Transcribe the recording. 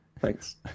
Thanks